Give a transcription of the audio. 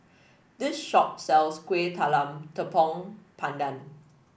this shop sells Kuih Talam Tepong Pandan